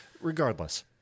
Regardless